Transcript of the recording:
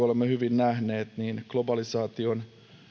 olemme hyvin nähneet globalisaation